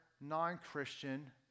non-Christian